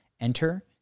enter